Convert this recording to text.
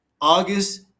August